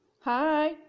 hi